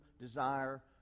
desire